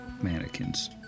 mannequins